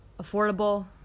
affordable